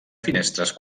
finestres